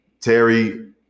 Terry